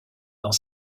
dans